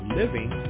living